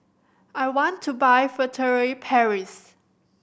I want to buy Furtere Paris